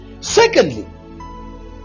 Secondly